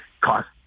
cost